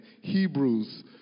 Hebrews